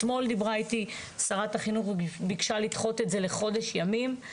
אתמול דיברה איתי שרת החינוך וביקשה לדחות את זה בחודש ימים,